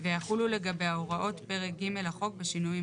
כי הבעיה היא לא בזמינות של השטחים, היא בכל מה